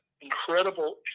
incredible